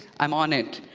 i'm on it.